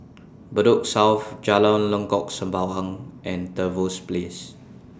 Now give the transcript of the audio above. Bedok South Jalan Lengkok Sembawang and Trevose Place